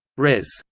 res.